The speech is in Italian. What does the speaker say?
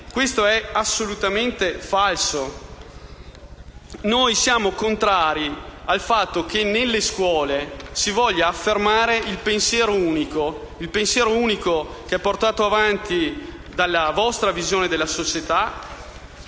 così. È assolutamente falso. Noi siamo contrari che nelle scuole si voglia affermare il pensiero unico portato avanti dalla vostra visione della società,